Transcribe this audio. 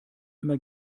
immer